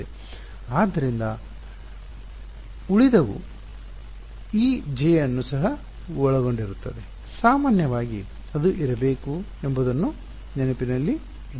ಆದ್ದರಿಂದ ಸರಿ ಆದ್ದರಿಂದ ಉಳಿದವು ಈ J ಅನ್ನು ಸಹ ಒಳಗೊಂಡಿರುತ್ತದೆ ಸಾಮಾನ್ಯವಾಗಿ ಅದು ಇರಬೇಕು ಎಂಬುದನ್ನು ನೆನಪಿನಲ್ಲಿಡಿ